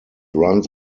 runs